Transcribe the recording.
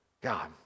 God